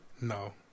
no